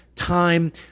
Time